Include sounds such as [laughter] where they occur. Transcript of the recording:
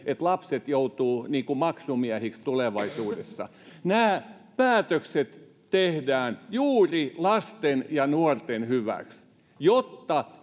että lapset joutuvat maksumiehiksi tulevaisuudessa nämä päätökset tehdään juuri lasten ja nuorten hyväksi jotta [unintelligible]